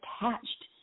attached